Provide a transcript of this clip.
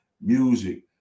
music